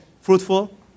fruitful